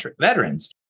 veterans